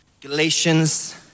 Galatians